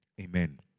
Amen